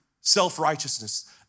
self-righteousness